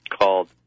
called